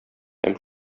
һәм